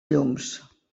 llums